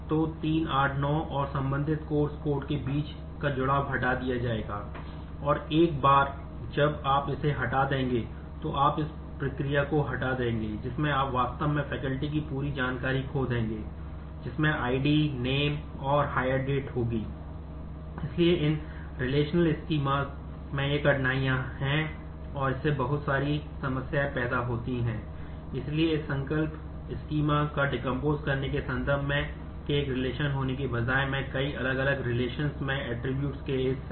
तो 389 और संबंधित course कोड में ये कठिनाइयाँ हैं और इससे बहुत सारी समस्याएं पैदा होती हैं